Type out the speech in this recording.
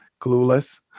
Clueless